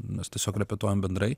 mes tiesiog repetuojam bendrai